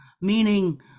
meaning